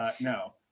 no